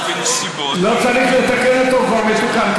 לא צריך לתקן אותו, הוא כבר מתוקן.